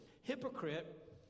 Hypocrite